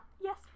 Yes